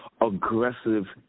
aggressive